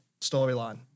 storyline